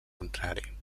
contrari